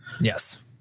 Yes